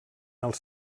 els